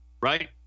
Right